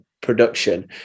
production